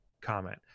comment